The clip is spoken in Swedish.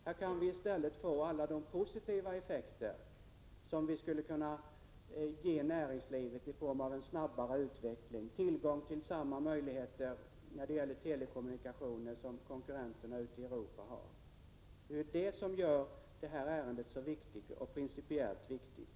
Här kan vi i stället få positiva effekter för näringslivet i form av snabbare utveckling och tillgång till samma möjligheter när det gäller telekommunikationer som konkurrenterna ute i Europa har. Det är det som gör detta ärende så principiellt viktigt.